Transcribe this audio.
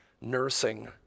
nursing